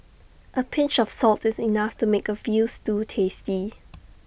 A pinch of salt is enough to make A Veal Stew tasty